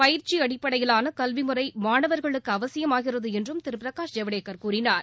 பயிற்சி அடிப்படையிலான கல்வி முறை மாணவர்களுக்கு அவசியமாகிறது என்றும் திரு பிரகாஷ் ஐவடேக்கர் கூறினார்